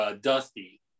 Dusty